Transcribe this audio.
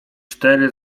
cztery